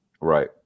Right